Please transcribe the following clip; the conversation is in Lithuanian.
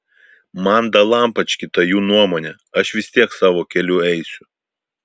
man dalampački ta jų nuomonė aš vis tiek savo keliu eisiu